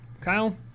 Kyle